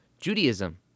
Judaism